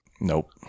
Nope